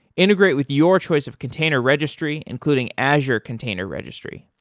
integrate with your choice of container registry, including azure container registry.